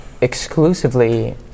exclusively